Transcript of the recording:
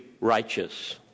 righteous